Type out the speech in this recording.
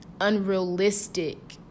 unrealistic